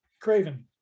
Craven